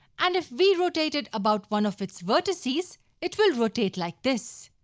and if we rotated about one of its vertices it will rotate like this.